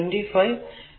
അത് 25 15 60 ആണ്